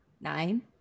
Nine